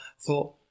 thought